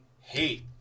hate